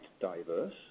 diverse